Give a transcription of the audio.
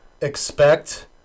expect